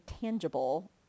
tangible